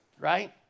Right